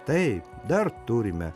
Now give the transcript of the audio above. taip dar turime